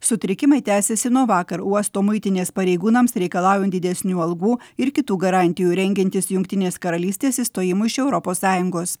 sutrikimai tęsiasi nuo vakar uosto muitinės pareigūnams reikalaujant didesnių algų ir kitų garantijų rengiantis jungtinės karalystės išstojimui iš europos sąjungos